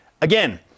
again